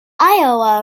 iowa